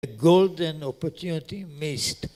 אופציה גולדה, נפגשת